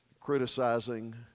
criticizing